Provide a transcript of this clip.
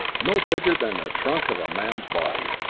no bigger than the trunk of a man's body.